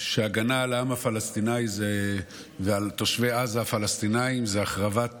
שהגנה על העם הפלסטיני ועל תושבי עזה הפלסטינים זה החרבת עזה.